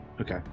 Okay